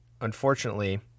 unfortunately